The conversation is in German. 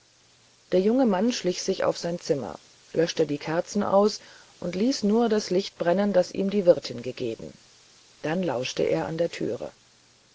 der junge mann schlich sich auf sein zimmer löschte die kerzen aus und ließ nur das licht brennen das ihm die wirtin gegeben dann lauschte er an der türe